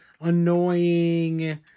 annoying